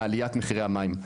מעליית מחירי המים,